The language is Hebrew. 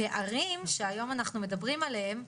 הפערים שהיום אנחנו מדברים עליהם,